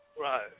Right